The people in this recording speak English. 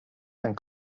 and